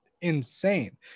insane